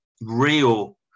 real